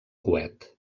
coet